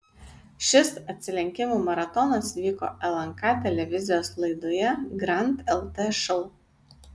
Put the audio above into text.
šis atsilenkimų maratonas vyko lnk televizijos laidoje grand lt šou